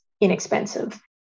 inexpensive